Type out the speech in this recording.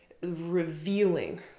revealing